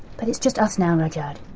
but it's just us now, rudyard.